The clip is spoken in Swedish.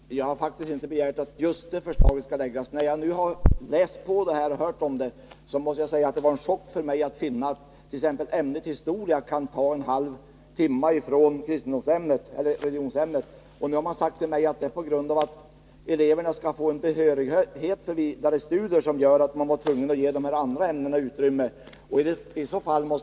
Herr talman! Jag har faktiskt inte begärt att just förslaget från december skall läggas fram igen. När jag nu har läst på detta och hört hur det förhåller sig, måste jag säga att det var en chock för mig att finna att t.ex. ämnet historia har fått en ökning med en halv veckotimme som tagits från ämnet religionskunskap. Man har sagt mig att det var för att eleverna skall kunna få behörighet för vidare studier som man var tvungen att ge ökat utrymme för de här andra ämnena.